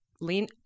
lean